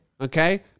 Okay